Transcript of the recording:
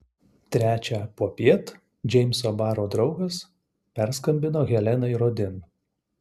trečią popiet džeimso baro draugas perskambino helenai rodin